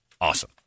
Awesome